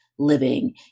living